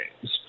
games